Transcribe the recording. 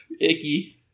Icky